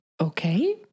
okay